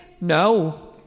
no